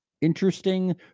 interesting